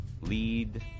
lead